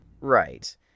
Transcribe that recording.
Right